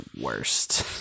worst